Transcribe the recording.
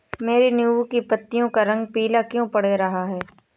मेरे नींबू की पत्तियों का रंग पीला क्यो पड़ रहा है?